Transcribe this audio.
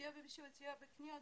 סיוע בבישול, סיוע בקניות.